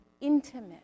intimate